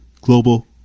global